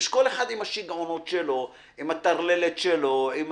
כל אחד עם השיגעונות שלו, עם הטרללת שלו.